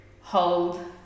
hold